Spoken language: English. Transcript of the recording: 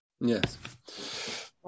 Yes